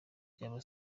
byaba